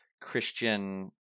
Christian